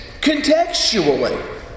contextually